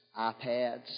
iPads